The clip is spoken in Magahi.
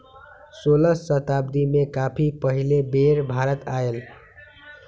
सोलह शताब्दी में कॉफी पहिल बेर भारत आलय